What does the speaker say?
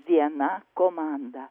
viena komanda